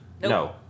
no